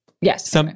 yes